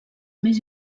més